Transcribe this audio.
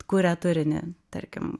kuria turinį tarkim